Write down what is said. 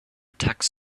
tax